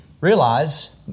realize